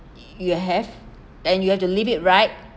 you have then you have to live it right